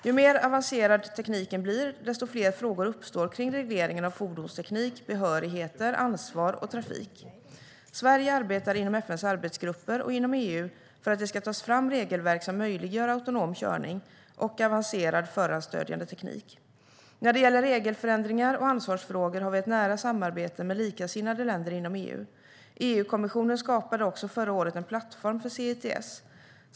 Ju mer avancerad tekniken blir, desto fler frågor uppstår kring regleringen av fordonsteknik, behörigheter, ansvar och trafik. Sverige arbetar inom FN:s arbetsgrupper och inom EU för att det ska tas fram regelverk som möjliggör autonom körning och avancerad förarstödjande teknik. När det gäller regelförändringar och ansvarsfrågor har vi ett nära samarbete med likasinnade länder inom EU. EU-kommissionen skapade också förra året en plattform för C-ITS.